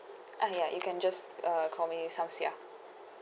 ah ya you can just uh call me samsiah